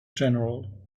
general